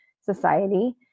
society